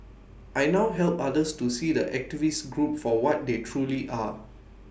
I now help others to see the activist group for what they truly are